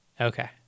Okay